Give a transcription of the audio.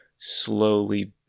slowly